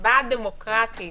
הצבעה דמוקרטית